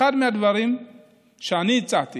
אחד הדברים שאני הצעתי